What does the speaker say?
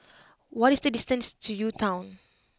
what is the distance to U Town